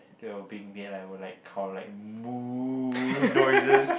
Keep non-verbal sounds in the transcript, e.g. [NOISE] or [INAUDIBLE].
that were being made I would like call like [NOISE] noises